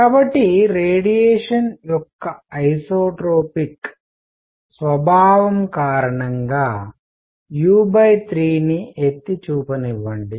కాబట్టి రేడియేషన్ యొక్క ఐసోట్రోపిక్సమధర్మి స్వభావం కారణంగాu3 ని ఎత్తి చూపనివ్వండి